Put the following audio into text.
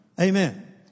Amen